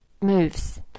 moves